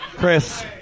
Chris